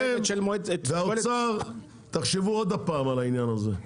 אתם והאוצר, תחשבו עוד פעם על העניין הזה.